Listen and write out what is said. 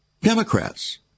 Democrats